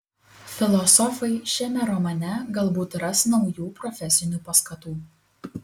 filosofai šiame romane galbūt ras naujų profesinių paskatų